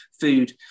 food